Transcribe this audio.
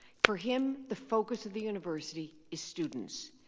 for him, the focus of the university is students.